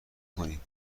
کنید